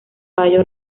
fallo